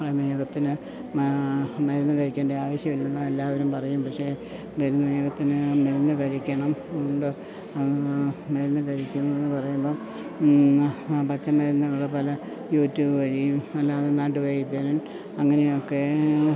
പ്രമേഹത്തിന് മരുന്ന് കഴിക്കേണ്ട ആവിശ്യം ഇല്ലെന്ന് എല്ലാവരും പറയും പക്ഷേ പ്രമേഹത്തിന് മരുന്ന് കഴിക്കണം മരുന്ന് കഴിക്കുന്നു എന്ന് പറയുമ്പം പച്ച മരുന്നുകൾ പല യൂട്യൂബ് വഴിയും അല്ലാതെ നാട്ട് വൈദ്യൻ അങ്ങനെയൊക്കെ